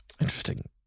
interesting